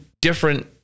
different